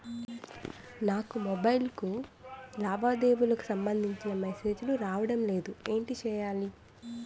నాకు మొబైల్ కు లావాదేవీలకు సంబందించిన మేసేజిలు రావడం లేదు ఏంటి చేయాలి?